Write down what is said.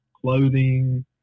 clothing